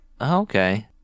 okay